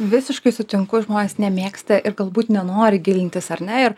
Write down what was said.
visiškai sutinku žmonės nemėgsta ir galbūt nenori gilintis ar ne ir